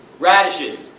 radishes?